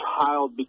child